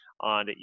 on